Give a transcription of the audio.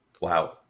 Wow